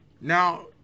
Now